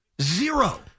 Zero